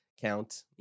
count